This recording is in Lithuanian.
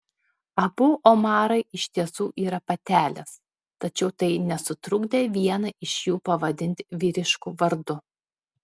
abu omarai iš tiesų yra patelės tačiau tai nesutrukdė vieną iš jų pavadinti vyrišku vardu